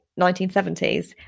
1970s